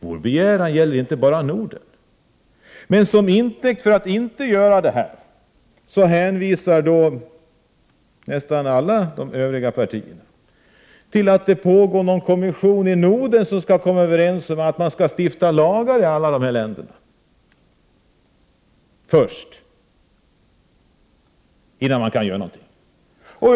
Vår begäran gäller inte bara Norden. Som förevändning för att inte gå med på våra förslag hänvisar nästan alla de övriga partierna till att det pågår ett utredningsarbete i Nordiska rådet i syfte att först överenskomma om en lagstiftning i de nordiska länderna innan man kan göra någonting annat.